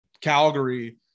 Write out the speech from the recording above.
Calgary